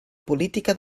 política